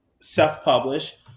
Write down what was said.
self-published